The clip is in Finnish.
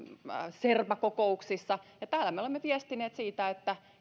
sherpa kokouksissa ja siellä me olemme viestineet siitä että